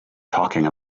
talking